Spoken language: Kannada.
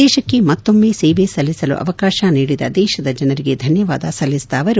ದೇಶಕ್ಕೆ ಮತ್ತೊಮ್ಮೆ ಸೇವೆ ಸಲ್ಲಿಸಲು ಅವಕಾಶ ನೀಡಿದ ದೇಶದ ಜನರಿಗೆ ಧನ್ನವಾದ ಸಲ್ಲಿಸಿದ ಅವರು